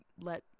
let